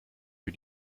für